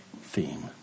theme